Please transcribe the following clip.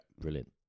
Brilliant